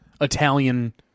Italian